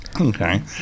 okay